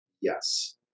Yes